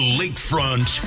lakefront